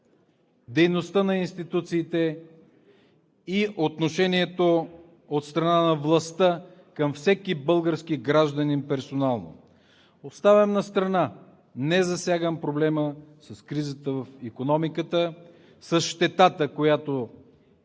дейността на институциите и отношението от страна на властта към всеки български гражданин персонално. Не засягам проблема с кризата в икономиката, с щетата, която